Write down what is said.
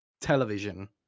television